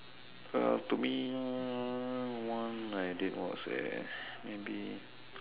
uh to me one I did was uh maybe